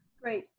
great,